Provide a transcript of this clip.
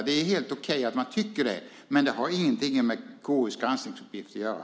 Det är helt okej att man tycker det, men det har ingenting med KU:s granskningsuppgift att göra.